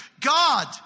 God